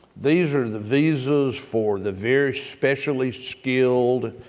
these are the visas for the very specially skilled.